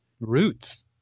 roots